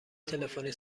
تلفنی